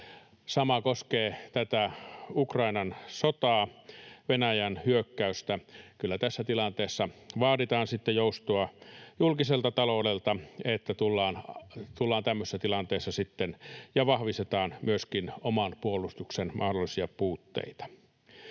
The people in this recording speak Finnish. Sama koskee Ukrainan sotaa, Venäjän hyökkäystä; kyllä tässä tilanteessa vaaditaan sitten joustoa julkiselta taloudelta, niin että tullaan tämmöisessä tilanteessa vastaan ja myöskin vahvistetaan oman puolustuksen mahdollisia puutteita.